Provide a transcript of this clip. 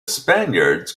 spaniards